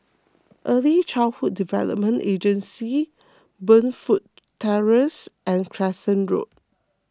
Early Childhood Development Agency Burnfoot Terrace and Crescent Road